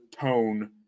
tone